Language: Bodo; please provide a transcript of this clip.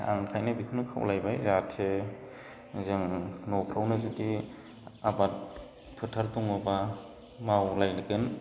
आं बेखायनो बेखौनो खावलायबाय जाहाथे जों न'फ्रावनो जुदि आबाद फोथार दङबा मावलायगोन